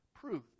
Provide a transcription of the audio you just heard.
Proved